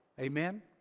Amen